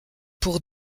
pour